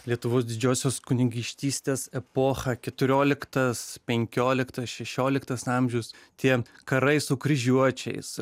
lietuvos didžiosios kunigaikštystės epocha keturioliktas penkioliktas šešioliktas amžius tie karai su kryžiuočiais